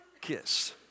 kiss